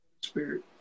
Spirit